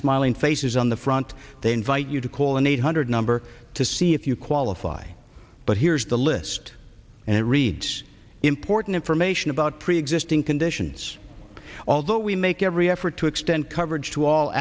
smiling faces on the front they invite you to call an eight hundred number to see if you qualify but here's the list and it reads important information about preexisting conditions although we make every effort to extend coverage to all